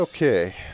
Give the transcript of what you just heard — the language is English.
Okay